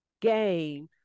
game